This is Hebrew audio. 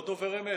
לא דובר אמת.